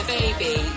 baby